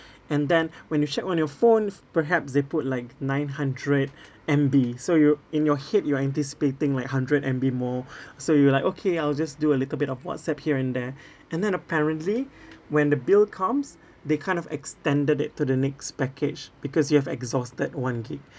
and then when you check on your phones perhaps they put like nine hundred M_B so you in your head you are anticipating like hundred M_B more so you like okay I'll just do a little bit of WhatsApp here and there and then apparently when the bill comes they kind of extended it to the next package because you have exhausted one gigabyte